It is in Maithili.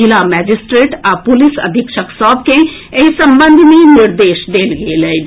जिला मजिस्ट्रेट आ पुलिस अधीक्षक सभ के एहि संबंध मे निर्देश देल गेल अछि